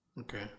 Okay